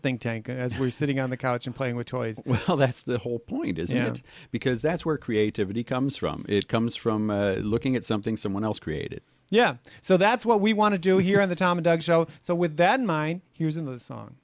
think tank as we're sitting on the couch and playing with toys well that's the whole point is you know because that's where creativity comes from it comes from looking at something someone else created yeah so that's what we want to do here on the tom dog show so with that in mind here's in the song